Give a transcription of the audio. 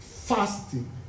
fasting